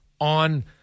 on